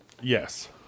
Yes